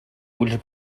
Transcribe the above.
ulls